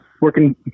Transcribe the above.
working